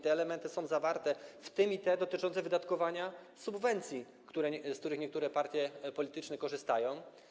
Te elementy są zawarte, w tym i te dotyczące wydatkowania subwencji, z których niektóre partie polityczne korzystają.